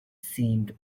seemed